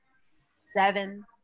seven